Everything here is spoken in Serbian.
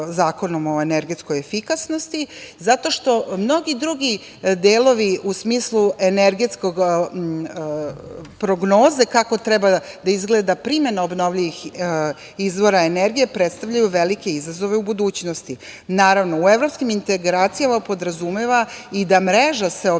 o energetskoj efikasnosti, zato što mnogi drugi delovi u smislu energetske prognoze kako treba da izgleda primena obnovljivih izvora energije predstavljaju velike izazove u budućnosti. Naravno, u evropskim integracijama podrazumeva i da mreža se objedini,